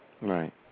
Right